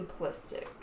simplistic